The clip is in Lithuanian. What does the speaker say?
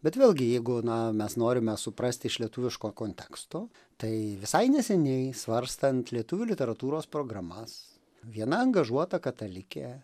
bet vėlgi jeigu na mes norime suprasti iš lietuviško konteksto tai visai neseniai svarstant lietuvių literatūros programas viena angažuota katalikė